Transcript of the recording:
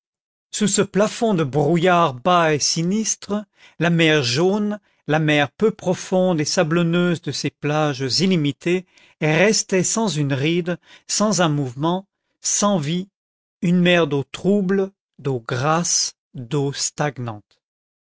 sous ce plafond de brouillard bas et sinistre la mer jaune la mer peu profonde et sablonneuse de ces plages illimitées restait sans une ride sans un mouvement sans vie une mer d'eau trouble d'eau grasse d'eau stagnante